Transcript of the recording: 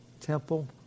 temple